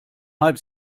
halb